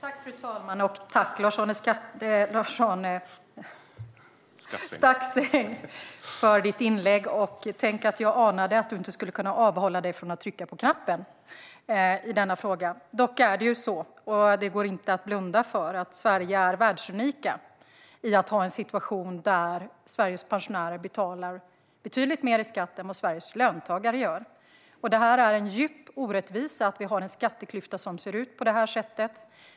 Fru talman! Tack, Lars-Arne Staxäng, för ditt inlägg! Tänk att jag anade att du inte skulle kunna avhålla dig från att trycka på knappen och begära replik i denna fråga! Det går dock inte att blunda för att Sverige är världsunikt i att ha en situation där landets pensionärer betalar betydligt mer skatt än vad löntagarna gör. Det är djupt orättvist att vi har en skatteklyfta som ser ut på det här sättet.